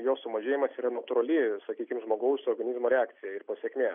jo sumažėjimas yra natūrali sakykim žmogaus organizmo reakcija ir pasekmė